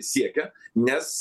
siekia nes